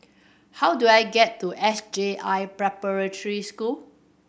how do I get to S J I Preparatory School